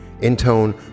Intone